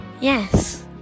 Yes